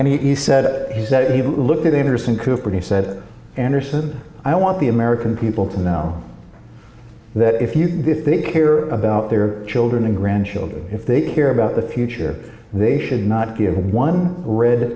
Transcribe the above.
and he said that he said he looked at emerson cooper he said anderson i want the american people to know that if you if they care about their children and grandchildren if they care about the future they should not give one red